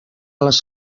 les